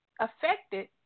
affected